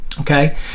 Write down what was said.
okay